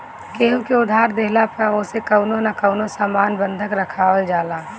केहू के उधार देहला पअ ओसे कवनो न कवनो सामान बंधक रखवावल जाला